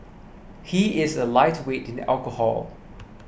he is a lightweight in alcohol